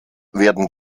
werden